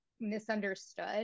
misunderstood